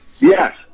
Yes